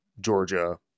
Georgia